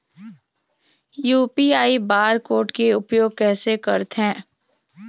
UPI bar code के उपयोग कैसे करथें?